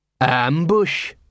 Ambush